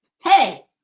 Hey